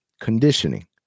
conditioning